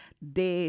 de